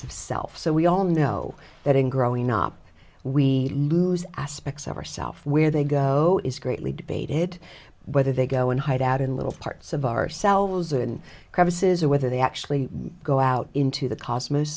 self so we all know that in growing up we lose aspects of ourself where they go is greatly debated whether they go and hide out in little parts of ourselves or in crevices or whether they actually go out into the cosmos